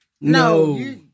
No